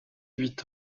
huit